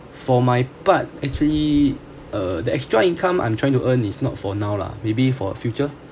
for my part actually uh that extra income I'm trying to earn is not for now lah maybe for future